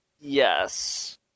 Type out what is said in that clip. yes